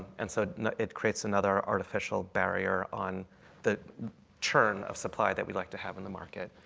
and so it creates another artificial barrier on the turn of supply that we like to have in the market.